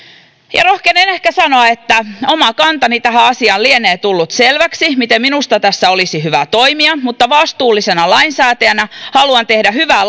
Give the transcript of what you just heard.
ja rohkenen ehkä sanoa että oma kantani tähän asiaan lienee tullut selväksi miten minusta tässä olisi hyvä toimia mutta vastuullisena lainsäätäjänä haluan tehdä hyvää